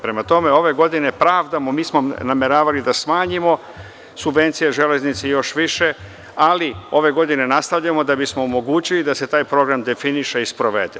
Prema tome, ove godine pravdamo, mi smo nameravali da smanjimo subvencije železnici još više, ali ove godine nastavljamo kako bismo omogućili da se taj program definiše i sprovede.